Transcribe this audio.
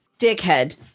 dickhead